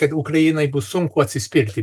kad ukrainai bus sunku atsispirti